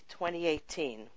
2018